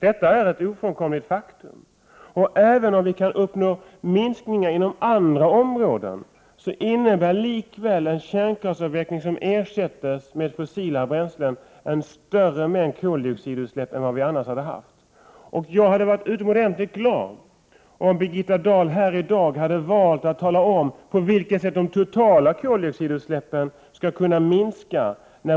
Det är ett ofrånkomligt faktum. Även om vi kan uppnå minskningar på andra områden, innebär en avveckling av kärnkraften, när denna ersätts med fossila bränslen, att koldioxidutsläppen blir större än de annars skulle ha varit. Jag skulle ha varit utomordentligt glad om Birgitta Dahl hade valt att här i dag tala om på vilket sätt de totala koldioxidutsläppen skulle kunna minska.